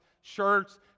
shirts